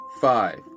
five